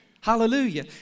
Hallelujah